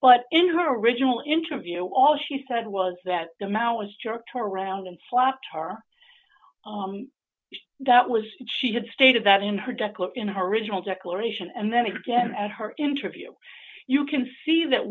but in her original interview all she said was that the maoists jerked around and slapped tar that was she had stated that in her dekel in her original declaration and then again at her interview you can see that